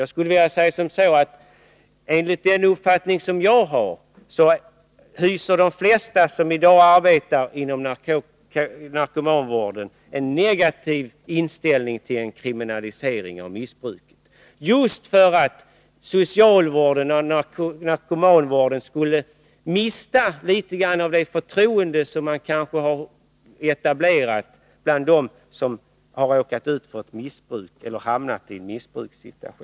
Jag skulle kunna säga som så att jag har fått den uppfattningen att de flesta som i dag arbetar inom narkomanvården har en negativ inställning till en kriminalisering av missbruket, just därför att socialvården och narkomanvården skulle mista litet av det anseende som kanske etablerats bland dem som hamnat i en missbrukssituation. Sedan till Karin Söder.